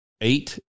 eight